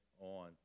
on